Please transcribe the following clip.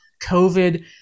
COVID